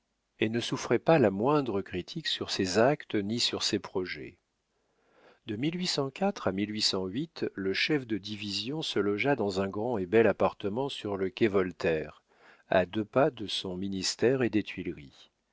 et ne souffrait pas la moindre critique sur ses actes ni sur ses projets de à le chef de division se logea dans un grand et bel appartement sur le quai voltaire à deux pas de son ministère et des tuileries